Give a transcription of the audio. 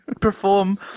perform